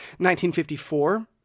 1954